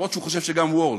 אף-על-פי שהוא חושב שגם world,